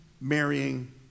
marrying